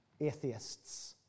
atheists